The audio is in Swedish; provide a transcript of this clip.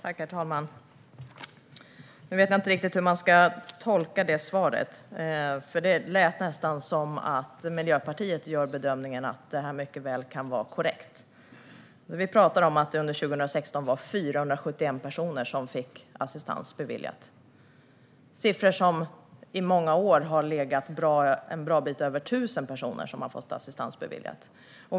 Herr talman! Jag vet inte riktigt hur man ska tolka svaret, för det lät nästan som att Miljöpartiet gör bedömningen att det här mycket väl kan vara korrekt. Vi talar om att det under 2016 var 471 personer som fick assistans beviljad. Det är siffror som i många år har legat på en bra bit över 1 000 personer. Så många har fått assistans beviljad.